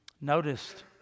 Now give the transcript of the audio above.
noticed